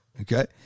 Okay